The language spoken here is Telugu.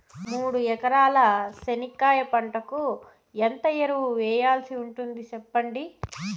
మూడు ఎకరాల చెనక్కాయ పంటకు ఎంత ఎరువులు వేయాల్సి ఉంటుంది సెప్పండి?